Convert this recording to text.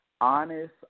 honest